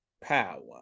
power